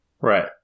Right